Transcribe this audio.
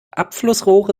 abflussrohre